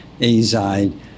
azide